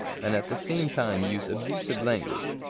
and at the same time use abusive language,